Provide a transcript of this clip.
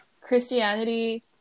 Christianity